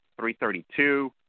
332